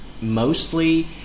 mostly